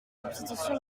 substitution